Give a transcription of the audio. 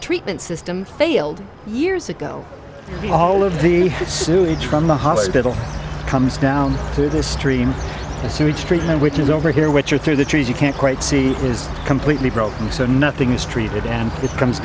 treatment system failed years ago all of the sewage from the hospital comes down to this stream the sewage treatment which is over here which are through the trees you can't quite see is completely broken so nothing is treated and it comes